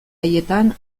haietan